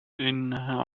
إنها